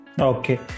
Okay